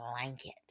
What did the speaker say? blanket